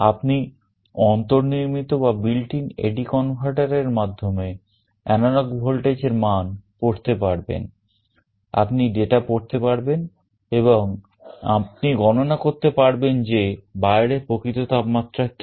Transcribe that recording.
আপনি অন্তর্নির্মিত পড়তে পারবেন এবং আপনি গণনা করতে পারবেন যে বাইরে প্রকৃত তাপমাত্রা কি